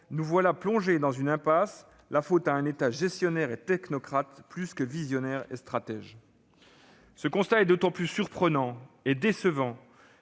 nous voilà bloqués dans une impasse, la faute à un État gestionnaire et technocrate plus que visionnaire et stratège. Ce constat est d'autant plus surprenant et décevant